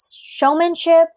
showmanship